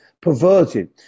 perverted